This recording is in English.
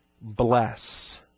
bless